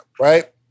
right